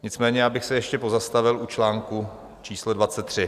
Nicméně já bych se ještě pozastavil u článku číslo 23.